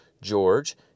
george